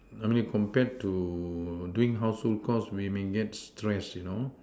I mean compared to doing household chores we may get stressed you know